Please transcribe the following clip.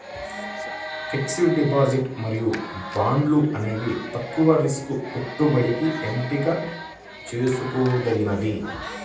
fixed deposit మరియు బాండ్లు అనేవి తక్కువ రిస్క్ పెట్టుబడికి ఎంపిక చేసుకోదగినవి